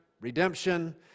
redemption